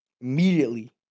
immediately